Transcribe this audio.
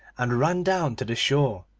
and ran down to the shore.